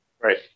right